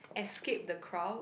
escape the crowd